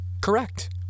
correct